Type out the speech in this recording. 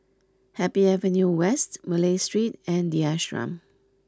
happy Avenue West Malay Street and The Ashram